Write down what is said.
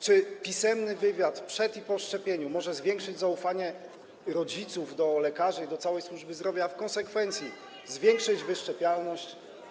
Czy pisemny wywiad przed i po szczepieniu może zwiększyć zaufanie rodziców do lekarzy i do całej służby zdrowia, a w konsekwencji zwiększyć wyszczepialność?